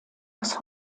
das